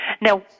Now